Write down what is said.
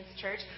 Church